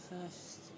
first